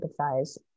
empathize